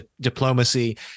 diplomacy